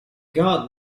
god